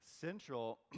central